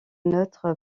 neutre